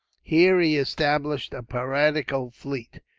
here he established a piratical fleet.